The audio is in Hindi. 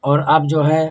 और अब जो है